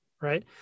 right